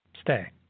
Stay